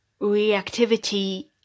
reactivity